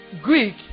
greek